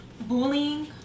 bullying